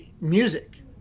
music